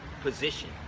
position